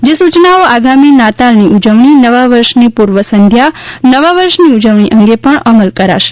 જે સૂચનાઓ આગામી નાતાલની ઉજવણી નવા વર્ષની પૂર્વ સંધ્યા નવા વર્ષની ઉજવણી અંગે પણ અમલ કરાશે